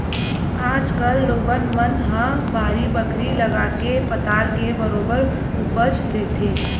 आज कल लोगन मन ह बाड़ी बखरी लगाके पताल के बरोबर उपज लेथे